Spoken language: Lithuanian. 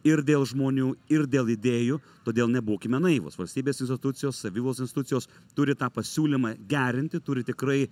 ir dėl žmonių ir dėl idėjų todėl nebūkime naivūs valstybės institucijos savivaldos institucijos turi tą pasiūlymą gerinti turi tikrai